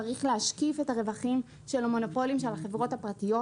צריך להשקיף את הרווחים של המונופולים של החברות הפרטיות.